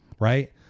right